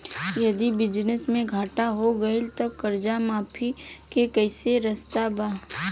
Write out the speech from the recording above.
यदि बिजनेस मे घाटा हो गएल त कर्जा माफी के कोई रास्ता बा?